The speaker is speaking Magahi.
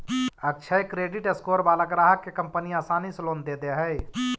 अक्षय क्रेडिट स्कोर वाला ग्राहक के कंपनी आसानी से लोन दे दे हइ